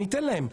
אלא ניתן להם.